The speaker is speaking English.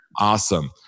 Awesome